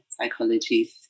psychologies